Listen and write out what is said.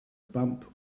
bump